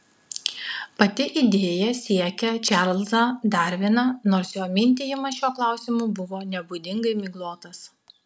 pati idėja siekia čarlzą darviną nors jo mintijimas šiuo klausimu buvo nebūdingai miglotas